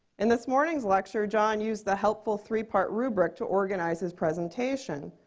in this morning's lecture, john used the helpful three part rubric to organize his presentation,